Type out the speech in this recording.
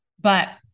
but-